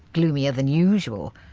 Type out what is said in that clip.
gloomier than usual.